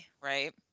Right